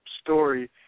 story